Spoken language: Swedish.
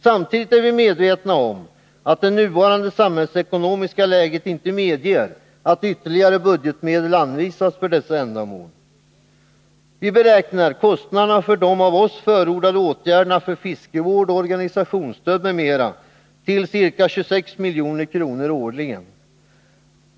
Samtidigt är vi medvetna om att det nuvarande samhällsekonomiska läget inte medger att ytterligare budgetmedel anvisas för dessa ändamål. Vi beräknar kostnaderna för de av oss förordade åtgärderna för fiskevård och organisationsstöd m.m. till ca 26 milj.kr. årligen.